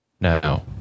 Now